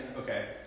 okay